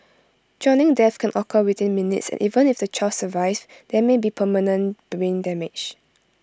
drowning deaths can occur within minutes and even if the child survives there may be permanent brain damage